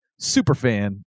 superfan